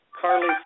Carly